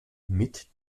mit